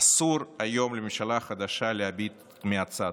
אסור היום לממשלה החדשה להביט מהצד.